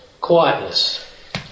Quietness